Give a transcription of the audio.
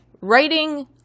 writing